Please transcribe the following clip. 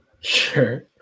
Sure